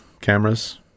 cameras